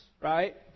right